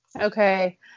Okay